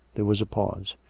there was a pause.